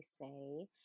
say